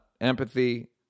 empathy